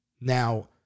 Now